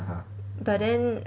but then